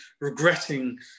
regretting